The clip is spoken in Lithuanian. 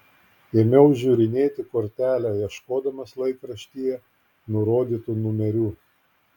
ėmiau žiūrinėti kortelę ieškodamas laikraštyje nurodytų numerių